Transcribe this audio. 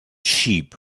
sheep